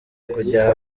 kujya